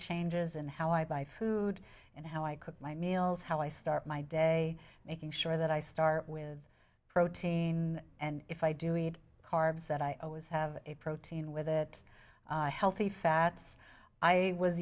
changes in how i buy food and how i cook my meals how i start my day making sure that i start with protein and if i do need carbs that i always have a protein with it healthy fats i was